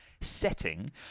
setting